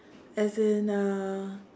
as in uh